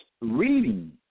reading